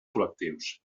col·lectius